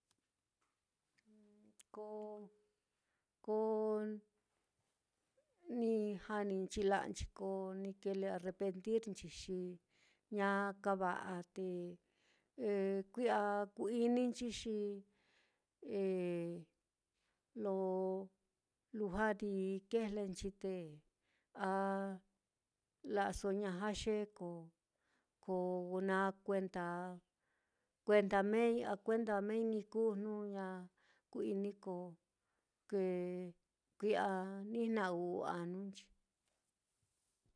Ko ko ni janinchi la'anchi ko ni kile arrepentir, xi ña kava'a te kui'a ku-ininchi, xi lo lujua ni kejlenchi te, a la'aso ña jaxe ko ko naá kuenda kuenda meei a kuenda meei ni kuu, jnu ña ku-inii ko kee kui'a ni jna-u'u anunchi.